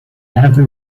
heather